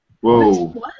Whoa